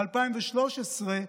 ב-2013,